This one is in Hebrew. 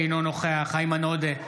אינו נוכח איימן עודה,